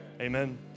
Amen